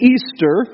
Easter